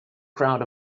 crowd